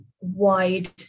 wide